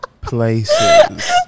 places